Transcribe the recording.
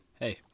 Hey